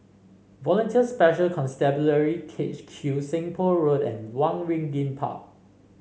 Volunteer Special Constabulary K H Q Seng Poh Road and Waringin Park